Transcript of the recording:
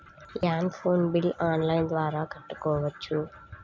Land phone bill online ద్వారా కట్టుకోవచ్చు?